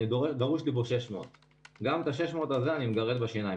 דרוש לי בו 600. גם את ה-600 הזה אני מגרד בשיניים,